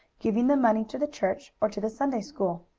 giving the money to the church, or to the sunday school.